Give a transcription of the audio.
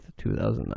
2009